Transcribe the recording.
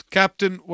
captain